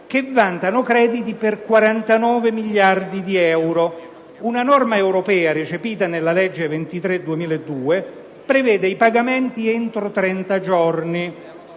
che vantano crediti per 49 miliardi euro. Una norma europea recepita nella legge n. 23 del 2002 prevede i pagamenti entro 30 giorni;